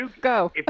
Go